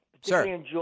Sir